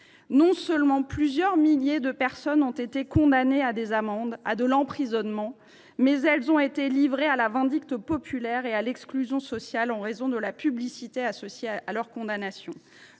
Non seulement plusieurs milliers de personnes ont été condamnées à des amendes et à des peines d’emprisonnement, mais elles ont aussi été livrées à la vindicte populaire et ont subi l’exclusion sociale en raison de la publicité associée à leur condamnation.